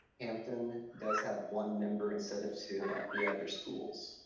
hampton does have one member instead of two like the other schools.